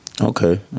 Okay